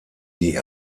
die